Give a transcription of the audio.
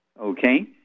okay